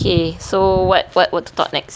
okay so what what what to talk next